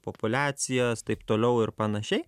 populiacijas taip toliau ir panašiai